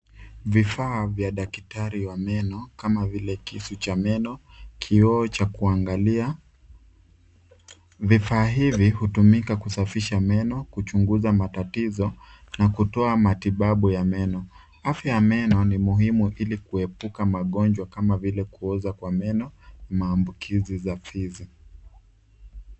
Vifaa vya daktari wa meno kama vile kisu cha meno, kioo cha kuangalia. Vifaa hivi hutumika kusafisha meno, kuchunguza matatizo na kutoa matibabu ya meno. Afya ya meno ni muhimu ili kuepuka magonjwa kama vile kuoza kwa meno na maambukizi za fizi.